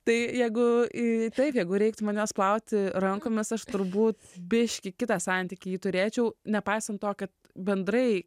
tai jeigu ir taip jeigu reiktų man juos plauti rankomis aš turbūt biški kitą santykį turėčiau nepaisant to kad bendrai